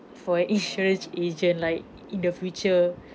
for an insurance agent like in the future